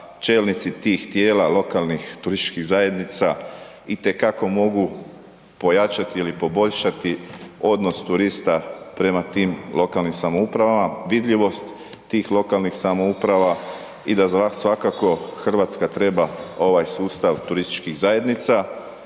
čelnici tih tijela lokalnih turističkih zajednica i te kako mogu pojačati ili poboljšati odnos turista prema tim lokalnim samoupravama, vidljivost tih lokalnih samouprava i da svakako Hrvatska treba ovaj sustav turističkih zajednica.